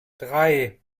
drei